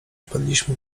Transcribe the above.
wpadliśmy